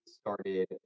started